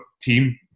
team